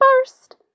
first